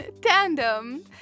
Tandem